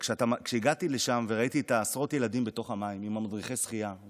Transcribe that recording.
כשהגעתי לשם וראיתי את עשרות הילדים בתוך המים עם מדריכי השחייה,